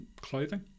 clothing